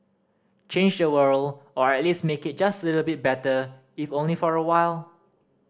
change the world or at least make it just little bit better if only for a while